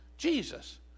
Jesus